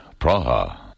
Praha